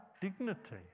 dignity